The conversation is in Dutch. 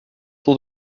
tot